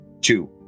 Two